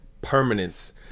permanence